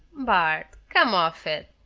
bart, come off it